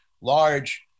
large